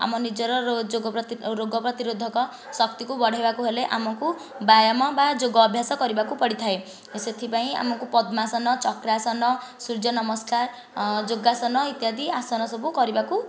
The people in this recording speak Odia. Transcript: ଆମ ନିଜର ରୋଗ ପ୍ରତିରୋଧକ ଶକ୍ତିକୁ ବଢ଼ାଇବାକୁ ହେଲେ ଆମକୁ ବ୍ୟାୟାମ ବା ଯୋଗ ଅଭ୍ୟାସ କରିବାକୁ ପଡ଼ିଥାଏ ସେଥିପାଇଁ ଆମକୁ ପଦ୍ମାସନ ଚକ୍ରାସନ ସୂର୍ଯ୍ୟ ନମସ୍କାର ଯୋଗାସନ ଇତ୍ୟାଦି ଆସନ ସବୁ କରିବାକୁ